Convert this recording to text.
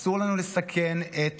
אסור לנו לסכן את